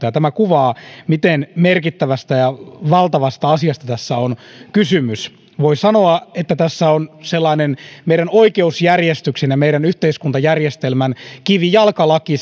ja tämä kuvaa miten merkittävästä ja valtavasta asiasta tässä on kysymys voi sanoa että tässä on meidän oikeusjärjestyksen ja meidän yhteiskuntajärjestelmän kivijalkalaki